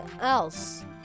else